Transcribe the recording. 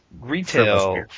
retail